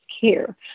care